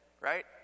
right